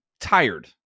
tired